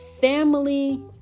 family